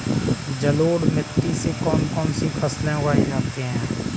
जलोढ़ मिट्टी में कौन कौन सी फसलें उगाई जाती हैं?